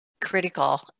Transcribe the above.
critical